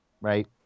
right